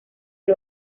del